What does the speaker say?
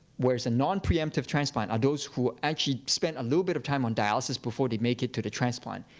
whereas a non-preemptive transplant are those who actually spent a little bit of time on dialysis before they make it to the transplant.